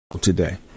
today